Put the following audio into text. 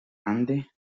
ande